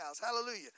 Hallelujah